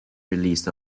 released